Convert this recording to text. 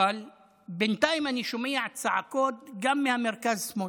אבל בינתיים אני שומע צעקות גם מהמרכז-שמאל,